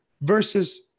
versus